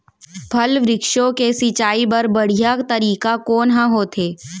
फल, वृक्षों के सिंचाई बर बढ़िया तरीका कोन ह होथे?